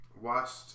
Watched